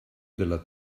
della